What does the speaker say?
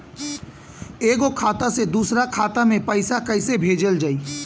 एगो खाता से दूसरा खाता मे पैसा कइसे भेजल जाई?